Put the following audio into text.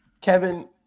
Kevin